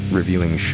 reviewing